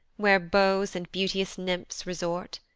where beaux and beauteous nymphs resort,